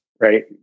right